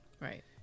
Right